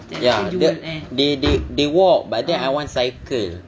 ya the they they they walk but then I want to cycle